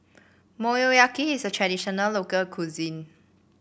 Motoyaki is a traditional local cuisine